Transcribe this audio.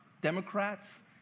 Democrats